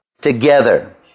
together